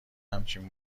همچین